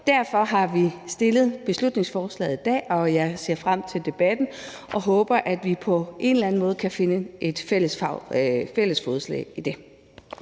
Derfor har vi fremsat det her beslutningsforslag i dag, og jeg ser frem til debatten og håber, at vi på en eller anden måde kan finde et fælles fodslag i det.